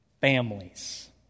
families